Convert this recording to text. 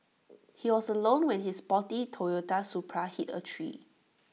he was alone when his sporty Toyota Supra hit A tree